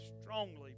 strongly